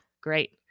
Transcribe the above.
Great